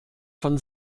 von